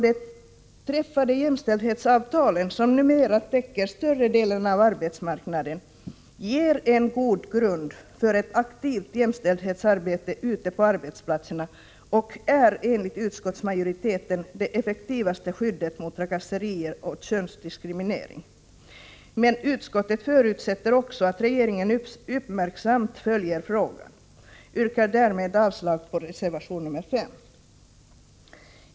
De träffade jämställdhetsavtalen, som numera täcker större delen av arbetsmarknaden, ger en god grund för ett aktivt jämställdhetsarbete ute på arbetsplatserna och är enligt utskottsmajoriteten det effektivaste skyddet mot trakasserier och könsdiskriminering. Utskottet förutsätter att regeringen uppmärksamt följer frågan. Jag yrkar härmed avslag på reservation 5.